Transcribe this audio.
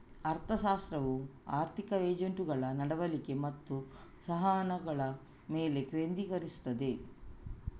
ಅರ್ಥಶಾಸ್ತ್ರವು ಆರ್ಥಿಕ ಏಜೆಂಟುಗಳ ನಡವಳಿಕೆ ಮತ್ತು ಸಂವಹನಗಳ ಮೇಲೆ ಕೇಂದ್ರೀಕರಿಸುತ್ತದೆ